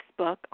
Facebook